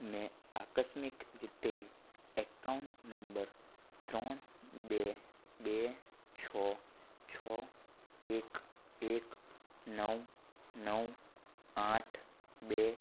મેં આકસ્મિક રીતે એકાઉન્ટ નંબર ત્રણ બે બે છ છ એક એક નવ નવ આઠ બે